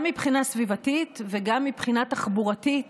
גם מבחינה סביבתית וגם מבחינה תחבורתית